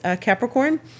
Capricorn